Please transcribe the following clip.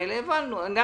אני מחדש את הישיבה.